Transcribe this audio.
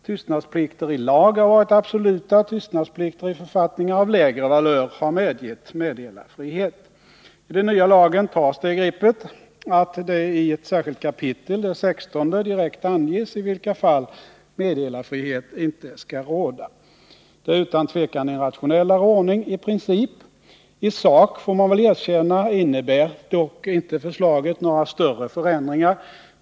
Tystnadsplikter i lag har varit absoluta, tystnadsplikter i författningar av lägre valörer har medgett meddelarfrihet. I den nya lagen tas det greppet att det i ett särskilt kapitel, det 16:e, direkt anges i vilka fall meddelarfrihet inte skall råda. Det är utan tvivel en rationellare ordning i princip. I sak, får man väl erkänna, innebär dock inte förslaget några större förändringar.